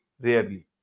rarely